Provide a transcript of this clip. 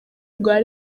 rwa